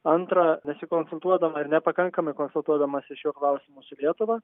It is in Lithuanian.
antra nesikonsultuodama ir nepakankamai konsultuodamasi šiuo klausimu su lietuva